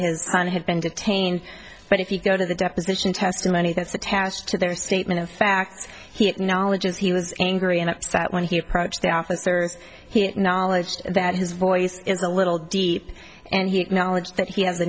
his son had been detained but if you go to the deposition testimony that's attached to their statement of fact he acknowledges he was angry and upset when he approached the officer he acknowledged that his voice is a little deep and he acknowledged that he has a